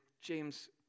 James